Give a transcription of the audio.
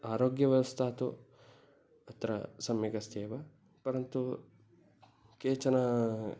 आरोग्यव्यवस्था तु अत्र अ स्म्यगस्त्येव परन्तु केचन